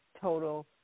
total